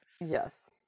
Yes